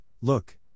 Look